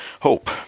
hope